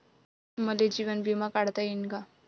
मले जीवन बिमा काढता येईन का?